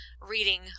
reading